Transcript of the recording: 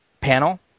panel